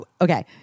Okay